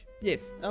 Yes